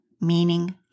meaning